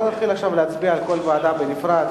לא נתחיל עכשיו להצביע על כל ועדה בנפרד.